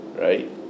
Right